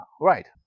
Right